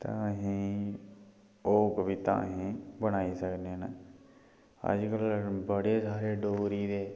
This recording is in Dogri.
तां अहें ओह् कविता असें बनाई सकने न अज्जकल बड़े सारे डोगरी दे